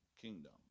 kingdom